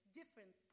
different